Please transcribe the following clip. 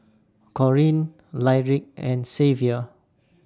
Collin Lyric and Xavier